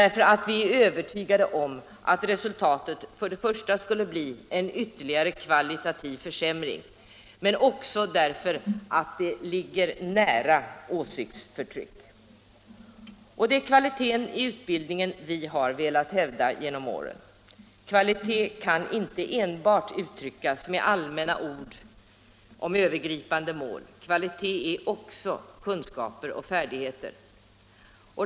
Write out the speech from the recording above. Vi är inte bara övertygade om att resultatet skulle bli en ytterligare kvalitativ försämring, utan vi tycker att det också ligger nära åsiktsförtryck. Det är kvaliteten i utbildningen vi har velat hävda genom åren. Kvalitet kan inte enbart uttryckas med allmänna ord om övergripande mål, kvalitet är också kunskaper och färdigheter.